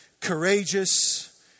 courageous